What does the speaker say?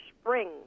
spring